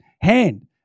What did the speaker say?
hand